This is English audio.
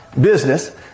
business